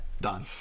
Done